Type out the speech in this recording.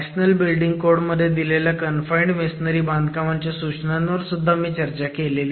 national building code मध्ये दिलेल्या confined masonry बांधकामाच्या सूचनांवर सुद्धा मी चर्चा केली